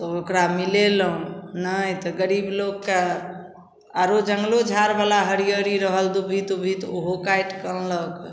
ओकरा मिलेलहुँ नहि तऽ गरीब लोकके आओर जङ्गलो झाड़वला हरिअरी रहल दुभ्भी तुभ्भी तऽ ओहो काटिकऽ आनलक